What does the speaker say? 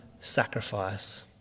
sacrifice